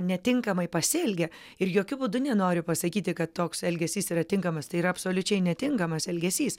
netinkamai pasielgė ir jokiu būdu nenoriu pasakyti kad toks elgesys yra tinkamas tai yra absoliučiai netinkamas elgesys